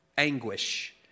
anguish